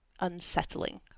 unsettling